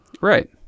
right